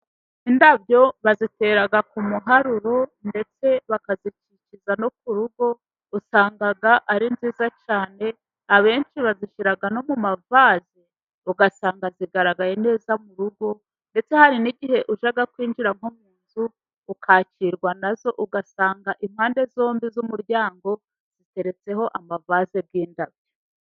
Indabo bazitera ku muharuro ndetse bakazikikiza no ku rugo usanga ari nziza cyane, abenshi bazishyira no mu mavaze ugasanga zigaragaye neza mu rugo, ndetse hari n'igihe ujya kwinjira nko mu nzu ukakirwa na zo. Ugasanga impande zombi z'umuryango, ziteretseho amavaze y'indabo.